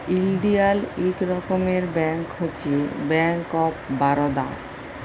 ইলডিয়াল ইক রকমের ব্যাংক হছে ব্যাংক অফ বারদা